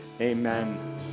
amen